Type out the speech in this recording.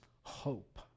hope